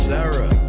Sarah